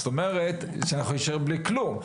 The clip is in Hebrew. אז זאת אומרת שנשאר בלי כלום,